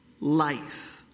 Life